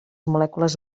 molècules